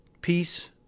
Peace